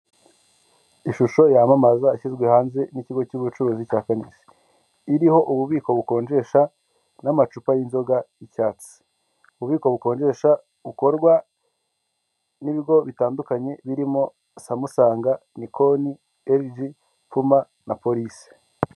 Ishusho yamamaza yashyizwe hanze n'ikigo cy'ubucuruzi cya Kanisi iriho ububiko bukonjesha n'amacupa y'inzoga y'icyatsi, ububiko bukonjesha bukorwarwa n'ibigo bitandukanye birimo samusanga nikoni ivzi, puma na polisi.